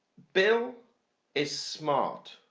bill is smart